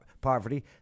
poverty